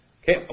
Okay